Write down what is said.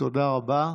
תודה רבה.